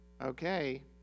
okay